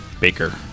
Baker